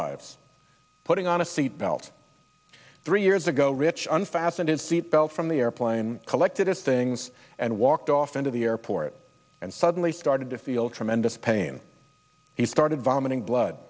lives putting on a seat belt three years ago rich unfastened in seat belt from the airplane collected his things and walked off into the airport and suddenly started to feel tremendous pain he started vomiting blood